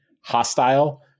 hostile